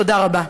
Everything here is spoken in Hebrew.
תודה רבה.